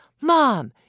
Mom